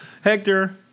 Hector